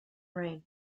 range